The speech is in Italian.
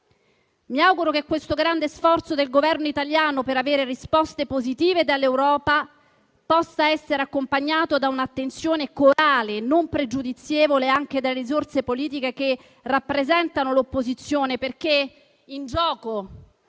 Mi auguro che questo grande sforzo del Governo italiano per avere risposte positive dall'Europa possa essere accompagnato da un'attenzione corale e non pregiudizievole anche dalle forze politiche che rappresentano l'opposizione, perché in gioco